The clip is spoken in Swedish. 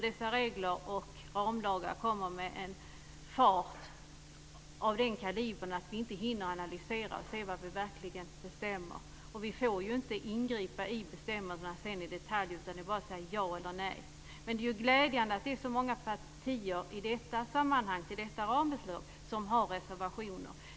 Dessa regler och ramlagar kommer också med en fart av den kalibern att vi inte hinner analysera och se vad vi verkligen bestämmer. Vi får inte heller ingripa i bestämmelserna i detalj, utan det är bara att säga ja eller nej. Det är dock glädjande att så många partier i samband med detta rambeslut har reservationer.